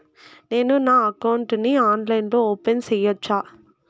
నేను నా అకౌంట్ ని ఆన్లైన్ లో ఓపెన్ సేయొచ్చా?